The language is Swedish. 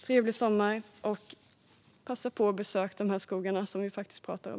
Trevlig sommar - passa på att besöka de här skogarna som vi pratar om!